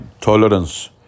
Tolerance